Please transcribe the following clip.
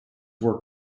were